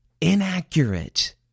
inaccurate